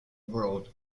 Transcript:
world